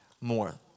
more